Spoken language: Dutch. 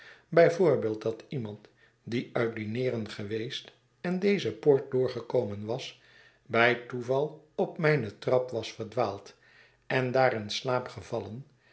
voorbeeld dat iemand die uit dineeren geweest en deze poort doorgekomen was bij toeval op mijne trap was verdwaald en daar in slaap gevallen